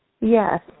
Yes